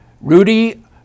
Rudy